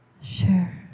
Sure